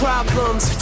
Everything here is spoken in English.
Problems